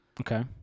Okay